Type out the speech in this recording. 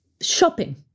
shopping